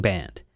Band